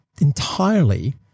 entirely